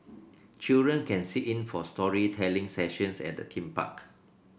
children can sit in for storytelling sessions at the theme park